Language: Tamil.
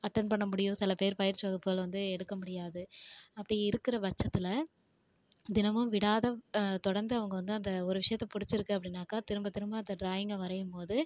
அட்டன் பண்ண முடியும் சில பேர் பயிற்சி வகுப்புகள் வந்து எடுக்க முடியாது அப்படி இருக்கிற பட்சத்தில் தினமும் விடாத தொடர்ந்து அவங்க வந்து அந்த ஒரு விஷயத்தை பிடிச்சிருக்கு அப்படின்னாக்கா திரும்ப திரும்ப அந்த டிராயிங்கை வரையும் போது